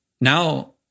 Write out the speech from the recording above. Now